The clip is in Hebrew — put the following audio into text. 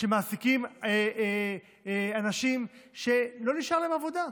שמעסיקים אנשים שלא נשארה להם עבודה.